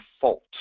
fault